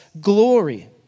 glory